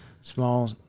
small